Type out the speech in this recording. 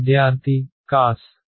విద్యార్థి cos